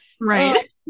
right